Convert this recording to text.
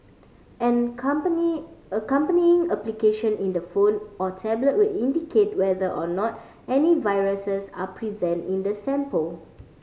an company accompanying application in the phone or tablet will indicate whether or not any viruses are present in the sample